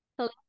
Hello